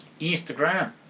Instagram